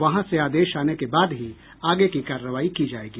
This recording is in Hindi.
वहां से आदेश आने के बाद ही आगे की कार्रवाई की जायेगी